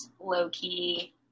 low-key